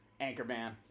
Anchorman